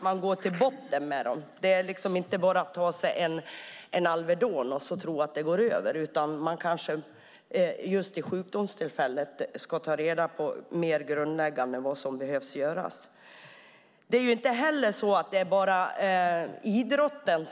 Man måste gå till botten med frågorna. Man kan inte bara ta en alvedon och tro att det går över, utan man måste vid sjukdomstillfället ta reda på vad som behöver göras på ett mer grundläggande sätt. Det är inte bara idrotten